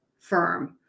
firm